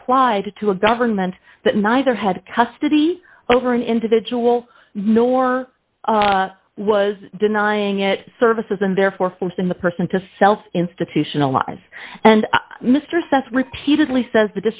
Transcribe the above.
applied to a government that neither had custody over an individual nor was denying it services and therefore forced in the person to self institutionalized and mr says repeatedly says the